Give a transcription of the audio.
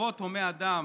הרחובות הומי האדם,